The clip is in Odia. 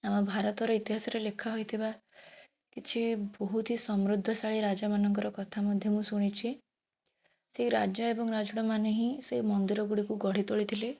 ଆମ ଭାରତର ଇତିହାସରେ ଲେଖା ହୋଇଥିବା କିଛି ବହୁତ ହି ସମୃଦ୍ଧଶାଳୀ ରାଜା ମାନଙ୍କର କଥା ମଧ୍ୟ ମୁଁ ଶୁଣିଛି ସେ ରାଜା ଏବଂ ରାଜୁଡ଼ା ମାନେ ହିଁ ସେ ମନ୍ଦିର ଗୁଡ଼ିକୁ ଗଢ଼ି ତୋଳିଥିଲେ